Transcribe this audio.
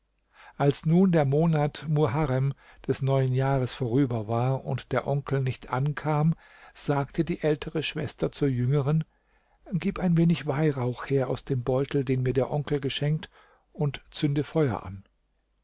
als nun der monat muharrem des neuen jahres vorüber war und der onkel nicht ankam sagte die ältere schwester zur jüngeren gib ein wenig weihrauch her aus dem beutel den mir der onkel geschenkt und zünde feuer an